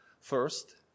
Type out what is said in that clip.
First